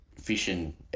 fishing